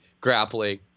grappling